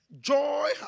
joy